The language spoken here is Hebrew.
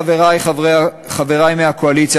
חברי מהקואליציה,